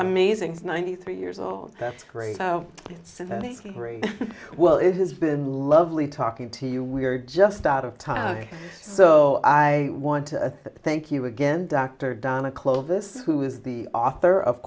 amazing ninety three years old that's great it's very well it has been lovely talking to you we're just out of time so i want to thank you again dr donna clovis who is the author of